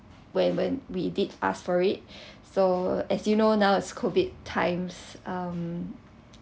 when when we did ask for it so as you know now it's COVID times um